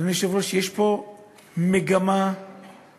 אדוני היושב-ראש, יש פה מגמה מפחידה